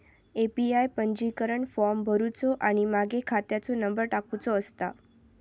APY पंजीकरण form भरुचो आणि मगे खात्याचो नंबर टाकुचो असता